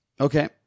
Okay